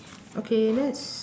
okay let's